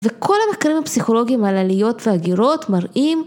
וכל המחקרים הפסיכולוגיים על עליות והגירות מראים.